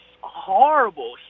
horrible